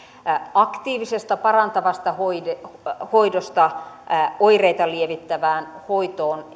aktiivisesta parantavasta hoidosta hoidosta oireita lievittävään hoitoon